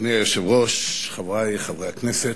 אדוני היושב-ראש, חברי חברי הכנסת,